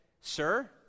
Sir